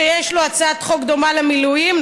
שיש לו הצעת חוק דומה למילואים,